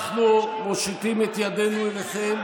אנחנו מושיטים את ידנו אליכם